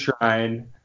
shrine